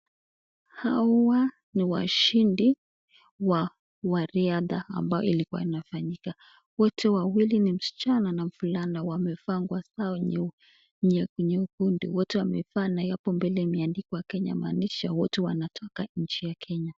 Hawa ni washindi wa riadha ambayo ilikuwa inafanyika. Wote wawili ni msichana na mvulana wamevaa nguo sawa nyekundu. Wote wamevaa na hapo mbele imeandika Kenya inaamanisha wote wanatoka nchi ya Kenya.